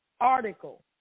article